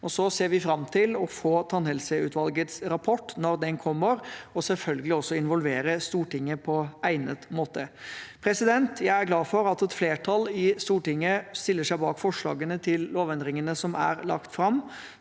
Så ser vi fram til å få tannhelseutvalgets rapport når den kommer, og vil selvfølgelig også involvere Stortinget på egnet måte. Jeg er glad for at et flertall i Stortinget stiller seg bak forslagene til lovendringene som er lagt fram,